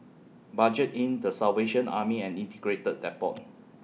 Budget Inn The Salvation Army and Integrated Depot